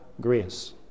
grace